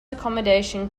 accommodation